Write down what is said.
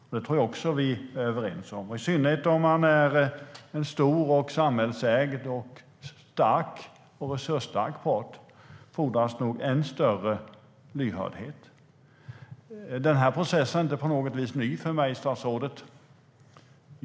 Det tror jag också att vi är överens om. Och om man är en stor, samhällsägd och resursstark part fordras det nog än större lyhördhet. Den här processen är inte på något vis ny för mig.